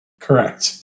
Correct